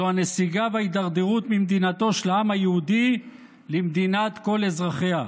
זו הנסיגה וההידרדרות ממדינתו של העם היהודי למדינת כל אזרחיה.